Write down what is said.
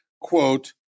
quote